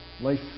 Life